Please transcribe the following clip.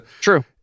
true